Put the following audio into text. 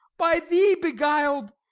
by thee beguil'd,